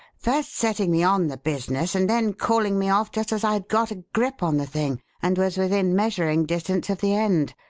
first setting me on the business, and then calling me off just as i had got a grip on the thing and was within measuring distance of the end.